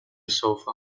sofa